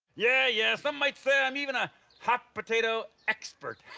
yeah, yeah some might say i'm even a hot potato expert.